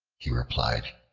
he replied,